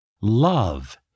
Love